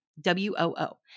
W-O-O